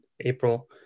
April